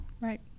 Right